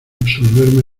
absolverme